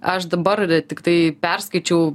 aš dabar tiktai perskaičiau